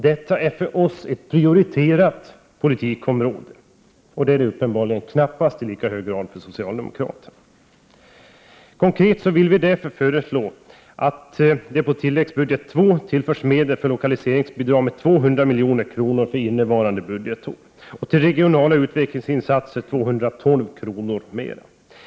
Detta är för oss ett prioriterat politikområde, och det är det knappast i lika hög grad för socialdemokraterna. Konkret vill vi därför föreslå att det på tilläggsbudget II tillförs ett medelstillskott för lokaliseringsbidrag på 200 milj.kr. för innevarande budgetår och för regionala utvecklingsinsatser med 212 milj.kr. mer än propositionen föreslår.